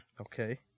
okay